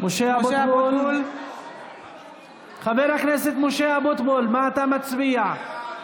(קוראת בשמות חברי הכנסת) משה אבוטבול, בעד